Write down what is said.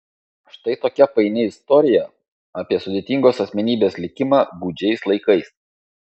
štai tokia paini istorija apie sudėtingos asmenybės likimą gūdžiais laikais